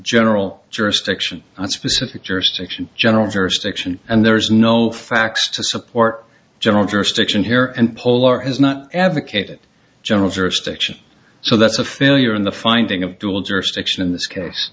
general jurisdiction on specific jurisdiction general jurisdiction and there is no facts to support general jurisdiction here and pull or has not advocated general jurisdiction so that's a failure in the finding of dual jurisdiction in this case